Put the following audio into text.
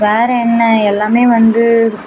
வேறு என்ன எல்லாமே வந்து